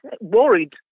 worried